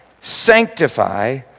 sanctify